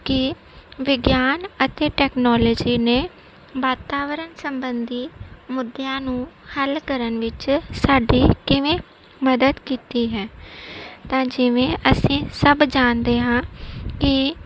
ਕਿ ਵਿਗਿਆਨ ਅਤੇ ਟੈਕਨੋਲੋਜੀ ਨੇ ਵਾਤਾਵਰਣ ਸਬੰਧੀ ਮੁੱਦਿਆਂ ਨੂੰ ਹੱਲ ਕਰਨ ਵਿੱਚ ਸਾਡੀ ਕਿਵੇਂ ਮਦਦ ਕੀਤੀ ਹੈ ਤਾਂ ਜਿਵੇਂ ਅਸੀਂ ਸਭ ਜਾਣਦੇ ਹਾਂ ਕਿ